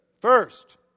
First